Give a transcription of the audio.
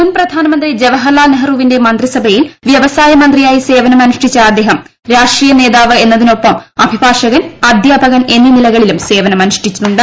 മുൻ പ്രധാനമന്ത്രി ജവഹർലാൽ നെഹ്റുവിന്റെ മന്ത്രിസഭയിൽ വ്യവസായമന്ത്രിയായി സേവനമനുഷ്ഠിച്ചു ് അദ്ദേഹം രാഷ്ട്രീയ നേതാവ് എന്നതിനൊപ്പം അഭ്ടിഭാഷക്ൻ അധ്യാപകൻ എന്നീ നിലകളിലും സേവനമനുഷ്ഠിച്ചിട്ടുണ്ട്